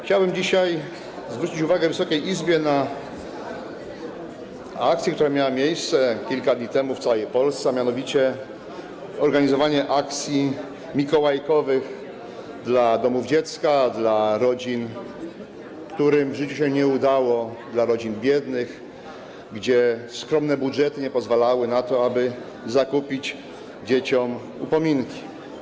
Chciałbym dzisiaj zwrócić uwagę Wysokiej Izby na akcję, która odbyła się kilka dni temu w całej Polsce, a mianowicie organizowanie akcji mikołajkowych dla domów dziecka, dla rodzin, którym w życiu się nie udało, dla rodzin biednych, gdzie skromne budżety nie pozwalały na to, aby zakupić dzieciom upominki.